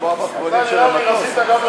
הוועדה, נתקבל.